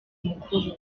mukuru